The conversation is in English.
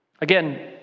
Again